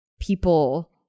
people